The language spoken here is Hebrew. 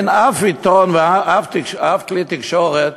אין אף עיתון ואף כלי-תקשורת